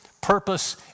purpose